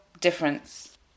difference